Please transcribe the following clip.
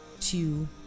two